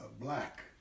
Black